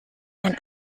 and